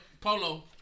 Polo